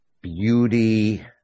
beauty